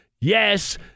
yes